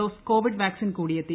dose Covid vaccine കൂടി എത്തി